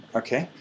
okay